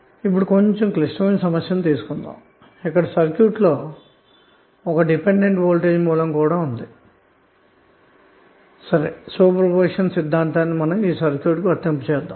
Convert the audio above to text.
ఇప్పుడు కొంచెం క్లిష్టమైన సమస్యను తీసుకుందాం ఇక్కడ సర్క్యూట్లో 1 డిపెండెంట్ వోల్టేజ్ సోర్స్ కలిగినప్పుడు సూపర్ పొజిషన్ సిద్ధాంతాన్ని వర్తింపజేద్దాము